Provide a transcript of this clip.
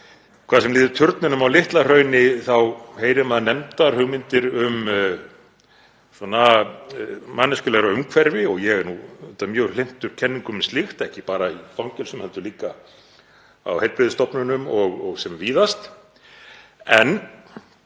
Hvað sem líður turninum á Litla-Hrauni þá heyrir maður nefndar hugmyndir um manneskjulegra umhverfi og ég er mjög hlynntur kenningum um slíkt, ekki bara í fangelsum heldur líka á heilbrigðisstofnunum og sem víðast. Við